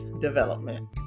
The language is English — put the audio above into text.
development